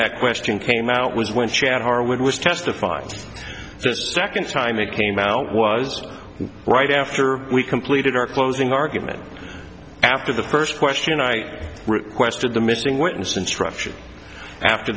that question came out was when chad harwood was testifying the second time it came out was right after we completed our closing argument after the first question i requested the missing witness instruction after